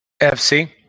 FC